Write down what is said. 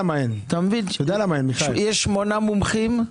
יש שמונה מומחים,